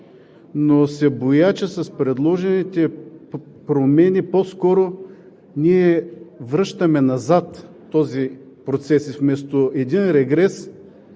но се боя, че с предложените промени ние по-скоро връщаме назад този процес и вместо един прогрес